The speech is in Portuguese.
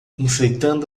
enfrentando